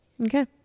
Okay